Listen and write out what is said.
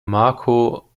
marco